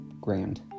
grand